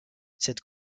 cette